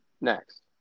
next